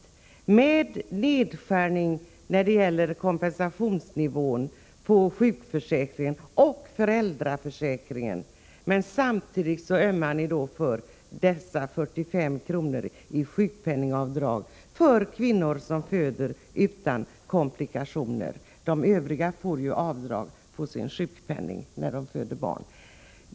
Ni vill göra nedskärningar när det gäller kompensationsnivån för sjukförsäkring och föräldraförsäkring, men samtidigt ömmar ni för dessa som får 45 kr. i sjukpenningavdrag, för kvinnor som föder barn utan komplikationer — för de övriga görs det ju avdrag på sjukpenningen när de föder barn.